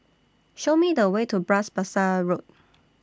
Show Me The Way to Bras Basah Road